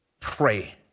Pray